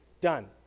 Done